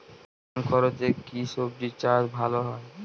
কম খরচে কি সবজি চাষ ভালো হয়?